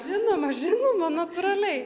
žinoma žinoma natūraliai